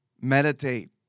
meditate